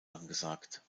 angesagt